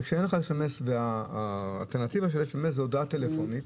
וכאשר אין לך סמס והאלטרנטיבה של סמס היא הודעה טלפונית